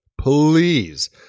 Please